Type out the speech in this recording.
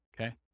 Okay